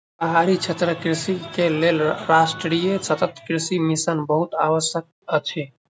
पहाड़ी क्षेत्रक कृषक के लेल राष्ट्रीय सतत कृषि मिशन बहुत आवश्यक अछि